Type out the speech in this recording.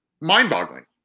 mind-boggling